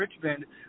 Richmond